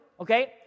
Okay